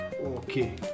Okay